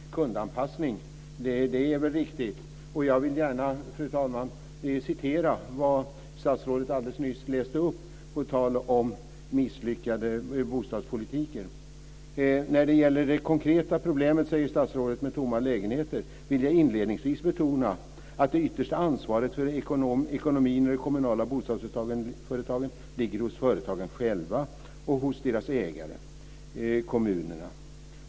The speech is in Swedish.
Tja, det är väl viktigt med kundanpassning. Fru talman! På tal om misslyckande med bostadspolitiken vill jag citera det som statsrådet nyss läste upp: "När det gäller det konkreta problemet med tomma lägenheter vill jag inledningsvis betona, att det yttersta ansvaret för ekonomin i de kommunala bostadsföretagen ligger hos företagen själva och hos deras ägare, kommunerna.